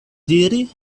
diri